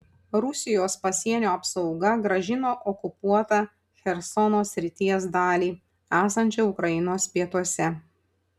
rusijos pasienio apsauga grąžino okupuotą chersono srities dalį esančią ukrainos pietuose